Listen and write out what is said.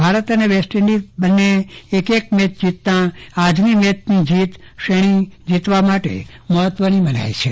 ભારત અને West Indies બન્નેએ એકએક મેચજીતતા આજની મેચની જીતશ્રેણી જીતવા માટે મહત્વની મનાય છે